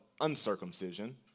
uncircumcision